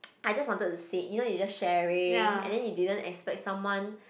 I just wanted to say you know you just sharing and then you didn't expect someone